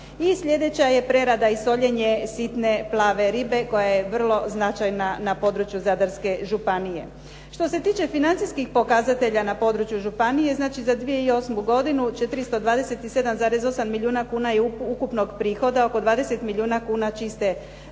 sljedeća je prerada i soljenje sitne plave ribe koja je vrlo značajna na području Zadarske županije. Što se tiče financijskih pokazatelja na području županije, znači za 2008. godinu 427,8 milijuna kuna je ukupnog prihoda, oko 20 milijuna kuna čiste dobiti.